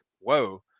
whoa